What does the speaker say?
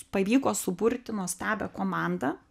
pavyko suburti nuostabią komandą